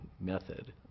method